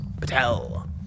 Patel